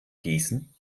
gießen